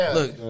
Look